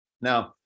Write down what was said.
Now